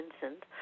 Vincent